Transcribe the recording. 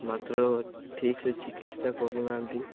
ମାତ୍ର ଠିକ୍ସେ ଚିକିତ୍ସା କରୁନାହାନ୍ତି